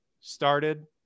started